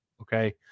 okay